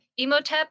Emotep